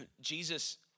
Jesus